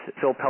Phil